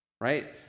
right